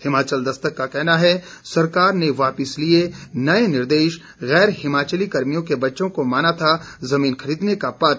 हिमाचल दस्तक का कहना है सरकार ने वापिस लिए नए निर्देश गैर हिमाचली कर्मियों के बच्चों को माना था जमीन खरीदने का पात्र